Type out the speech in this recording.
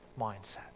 mindset